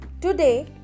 Today